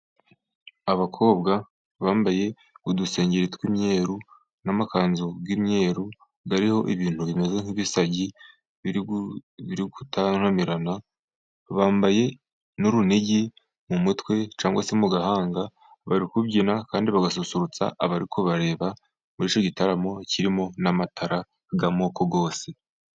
Abakobwa bambaye udusengeri tw'imyeru n'amakanzu y'imyeru ariho ibintu bimeze nk'ibisagi biri gutantamirana, bambaye n'urunigi mu mutwe cyangwa se mu gahanga, bari kubyina kandi bagasusurutsa abariho kubareba muri icyo gitaramo kirimo n'amatarara y'amoko yose.